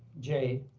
jay,